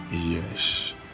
Yes